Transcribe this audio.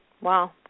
Wow